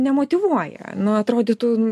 nemotyvuoja nu atrodytų